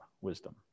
wisdom